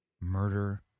murder